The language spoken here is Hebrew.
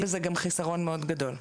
יש בזה גם חיסרון מאוד גדול.